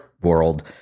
world